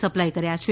supply કર્યા છે